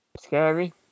scary